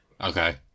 Okay